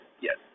Yes